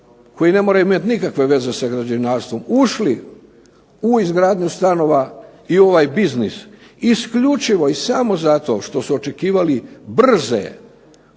koji ne moraju imati nikakve veze sa građevinarstvom ušli u izgradnju stanova i u ovaj biznis isključivo i samo zato što su očekivali brze,